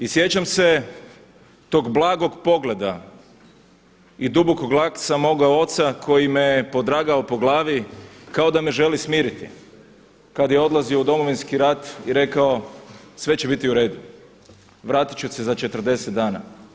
I sjećam se tog blagog pogleda i dubokog glasa moga oca koji me je podragao po glavi kao da me želi smiriti kad je odlazio u Domovinski rat i rekao „Sve će biti u redu, vratit ću se za 40 dana“